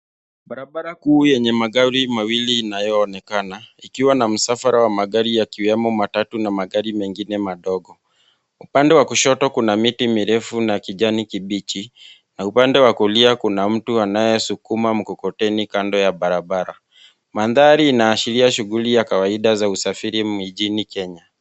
Barabara kuu yenye magari mawili inayoonekana, ikiwa na msafara wa magari ikiwemo magari ya matatu na magari mengine madogo. upande wa kushoto kuna miti mirefu na ya kijani kibichi, na upande wa kulia kuna mtu anayesukuma mkokoteni kando ya barabara, mandhari inaashiria shuguli ya kawaida za usafiri mijini Kenya.